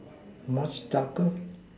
much darker